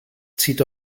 zieht